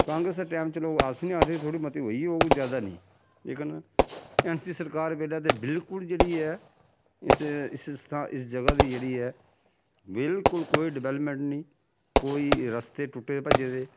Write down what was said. कांग्रेस दे टैम च लोक अस निं आखदे थोह्ड़ी मती होई होग जैदा नेईं लेकन ऐन्न सी सरकार बेल्लै ते बिल्कुल जेह्ड़ी ऐ इस इस स्था इस ज'गा दी जेह्ड़ी ऐ बिल्कुल कोई डवैलमैंट निं कोई रस्ते टुट्टे भज्जे दे